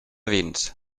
vins